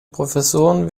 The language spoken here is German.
professoren